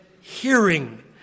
hearing